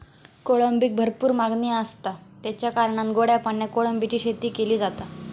कोळंबीक भरपूर मागणी आसता, तेच्या कारणान गोड्या पाण्यात कोळंबीची शेती केली जाता